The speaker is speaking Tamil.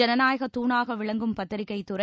ஜனநாயகத் தூணாக விளங்கும் பத்திரிகை துறை